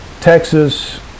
Texas